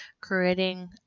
creating